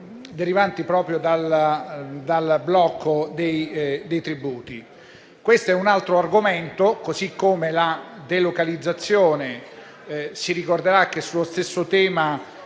derivanti proprio dal blocco dei tributi. Questo è un altro argomento, così come quello della delocalizzazione. Si ricorderà che sullo stesso tema